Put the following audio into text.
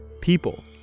People